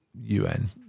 un